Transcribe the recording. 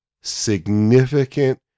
significant